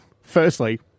Firstly